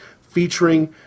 featuring